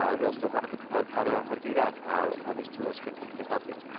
ah we'll still talk about how to how to do that and how how these tools can can help you.